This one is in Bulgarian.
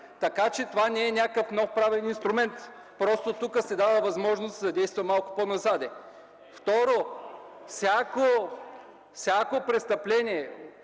нататък. Това не е някакъв нов правен инструмент, просто тук се дава възможност да се действа малко по-назад. Второ, всяко престъпление